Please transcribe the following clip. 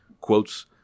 quotes